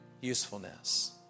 usefulness